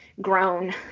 grown